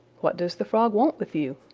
what does the frog want with you?